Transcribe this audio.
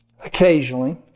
occasionally